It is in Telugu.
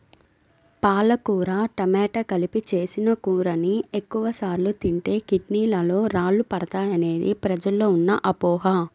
పాలకూర టమాట కలిపి చేసిన కూరని ఎక్కువ సార్లు తింటే కిడ్నీలలో రాళ్లు ఏర్పడతాయనేది ప్రజల్లో ఉన్న అపోహ